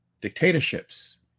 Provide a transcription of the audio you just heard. dictatorships